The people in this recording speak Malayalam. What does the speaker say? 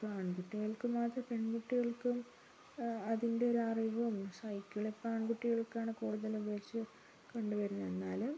ആൺകുട്ടികൾക്ക് മാത്രം പെൺകുട്ടികൾക്കും അതിൻ്റെ ഒരറിവും സൈക്കിളിപ്പം ആൺകുട്ടികളാണ് കൂടുതലും ഉപയോഗിച്ചു കണ്ടുവരുന്നത് എന്നാലും